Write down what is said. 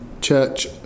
church